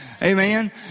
Amen